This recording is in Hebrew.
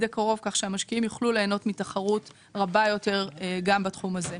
הקרוב כך שהמשקיעים יוכלו ליהנות מתחרות רבה יותר גם בתחום הזה.